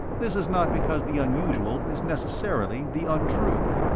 this is not because the unusual is necessarily the untrue,